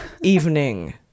Evening